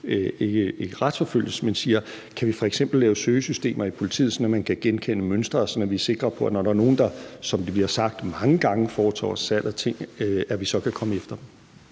ske retsforfølgelse, men man f.eks. spørger, om man kan lave søgesystemer hos politiet, sådan at man kan genkende mønstre, sådan at vi er sikre på, at vi, når der er nogen, der, som det bliver sagt, mange gange foretager salg af ting, kan komme efter dem.